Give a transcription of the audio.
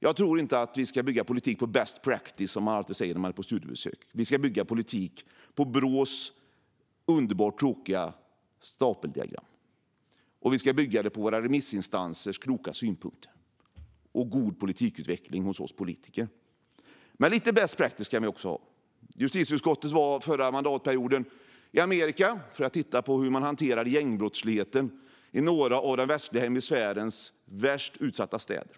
Jag tror inte att vi ska bygga politik på best practice, som vi alltid säger när vi är ute på studiebesök. Vi ska bygga politik på Brås underbart tråkiga stapeldiagram, på våra remissinstansers kloka synpunkter och genom god politikutveckling hos oss politiker. Men lite best practice kan vi också ha. Justitieutskottet var under den förra mandatperioden i Amerika för att titta på hur de hanterade gängbrottsligheten i några av den västliga hemisfärens värst utsatta städer.